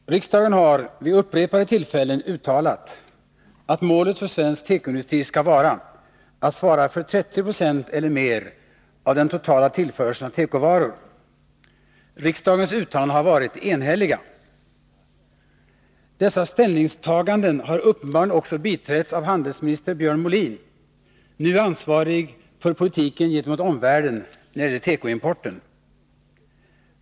Herr talman! Riksdagen har vid upprepade tillfällen uttalat att målet för svensk tekoindustri skall vara att svara för 30 96 eller mer av den totala tillförseln av tekovaror. Riksdagens uttalanden har varit enhälliga. Dessa ställningstaganden har uppenbarligen också biträtts av handelsminister Björn Molin, nu ansvarig för politiken gentemot omvärlden när det gäller tekoimporten.